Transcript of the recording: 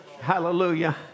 Hallelujah